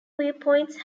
viewpoints